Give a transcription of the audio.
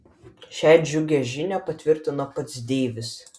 šią džiugią žinią patvirtino pats deivis